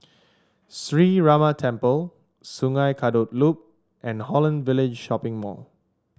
Sree Ramar Temple Sungei Kadut Loop and Holland Village Shopping Mall